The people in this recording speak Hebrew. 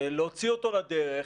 להוציא אותו לדרך,